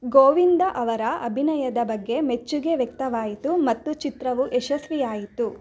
ಗೋವಿಂದ ಅವರ ಅಭಿನಯದ ಬಗ್ಗೆ ಮೆಚ್ಚುಗೆ ವ್ಯಕ್ತವಾಯಿತು ಮತ್ತು ಚಿತ್ರವು ಯಶಸ್ವಿಯಾಯಿತು